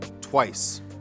twice